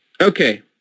Okay